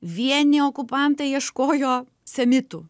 vieni okupantai ieškojo semitų